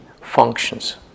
functions